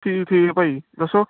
ਠੀਕ ਠੀਕ ਆ ਭਾਅ ਜੀ ਦੱਸੋ